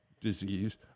disease—